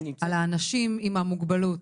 על האנשים עם המוגבלות.